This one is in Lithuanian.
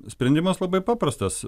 sprendimas labai paprastas